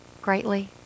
greatly